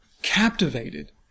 captivated